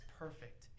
perfect